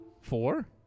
Four